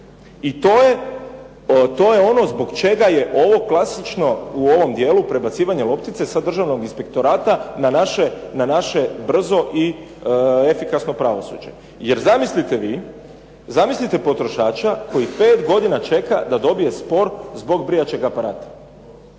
I to je ono zbog čega je ovo klasično u ovom dijelu prebacivanje loptice sa Državnog inspektorata na naše brzo i efikasno pravosuđe. Jer zamislite vi, zamislite potrošača koji pet godina čeka da dobije spor zbog brijaćeg aparata.